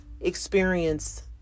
experience